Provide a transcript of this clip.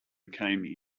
came